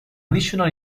additional